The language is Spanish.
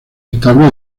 estable